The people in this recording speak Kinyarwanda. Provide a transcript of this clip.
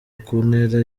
kuntera